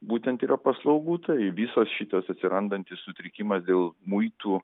būtent yra paslaugų tai visas šitas atsirandantis sutrikimas dėl muitų